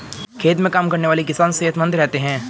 खेत में काम करने वाले किसान सेहतमंद रहते हैं